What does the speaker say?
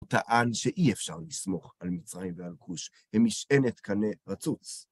הוא טען שאי אפשר לסמוך על מצרים ועל כוש, הם משענת קנה רצוץ.